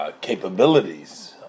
capabilities